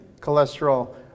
cholesterol